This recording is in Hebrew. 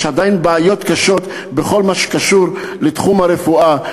יש עדיין בעיות קשות בכל מה שקשור לתחום הרפואה.